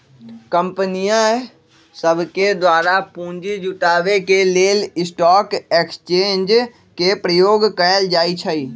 कंपनीय सभके द्वारा पूंजी जुटाबे के लेल स्टॉक एक्सचेंज के प्रयोग कएल जाइ छइ